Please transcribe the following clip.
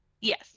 yes